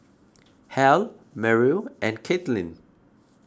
Hal Meryl and Kaitlyn